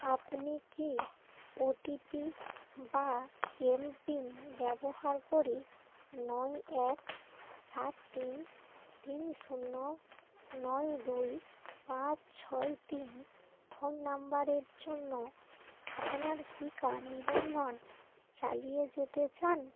আপনি কি ওটিপি বা এমপিন ব্যবহার করে নয় এক সাত তিন তিন শূন্য নয় দুই পাঁচ ছয় তিন ফোন নাম্বারের জন্য আপনার টিকা নিবন্ধন চালিয়ে যেতে চান